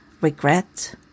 regret